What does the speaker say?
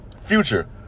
Future